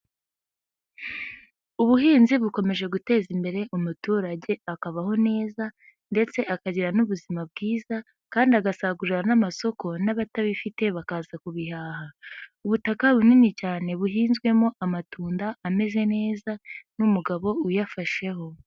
Ubuhinzi bukomeje guteza imbere umuturage akabaho neza ndetse akagira n'ubuzima bwiza kandi agasagurira n'amasoko n'abatabifite bakaza kubihaha, ubutaka bunini cyane buhinzwemo amatunda ameze neza n'umugabo uyafasheho.